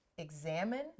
examine